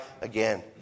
again